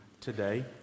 today